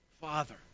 Father